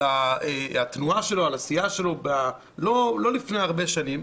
על התנועה שלו, על הסיעה שלו לא לפני הרבה שנים,